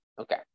Okay